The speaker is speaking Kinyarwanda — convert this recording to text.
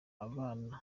abana